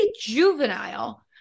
juvenile